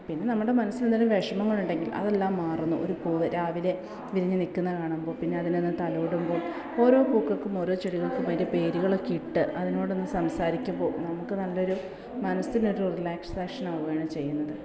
പിന്നെ നമ്മുടെ മനസ്സിൽ ഒരു വിഷമങ്ങളുണ്ടെങ്കിൽ അതെല്ലാം മാറുന്നു ഒരു പൂവ് രാവിലെ വിരിഞ്ഞ് നിൽക്കുന്നത് കാണുമ്പോൾ പിന്നെ അതിനെ തലോടുമ്പോൾ ഓരോ പൂക്കൾക്കും ഒരോ ചെടികൾക്കും അതിൻ്റെ പേരുകളൊക്കെ ഇട്ട് അതോനോട് ഒന്ന് സംസാരിക്കുമ്പോൾ നമുക്ക് നല്ലൊരു മനസ്സിന് ഒരു റിലാക്സാക്ഷൻ ആവുകയാണ് ചെയ്യുന്നത്